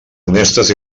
honestes